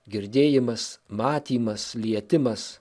girdėjimas matymas lietimas